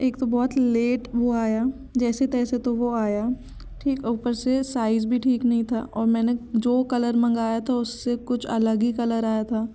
एक तो बहुत लेट वो आया जैसे तैसे तो वो आया ठीक और ऊपर से साइज़ भी ठीक नहीं था और मैंने जो कलर मंगाया था उससे कुछ अलग ही कलर आया था